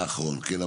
נכון, כן.